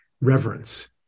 reverence